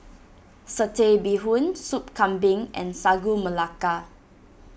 Satay Bee Hoon Soup Kambing and Sagu Melaka